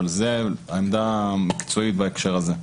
אבל זו העמדה המקצועית בהקשר הזה.